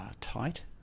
tight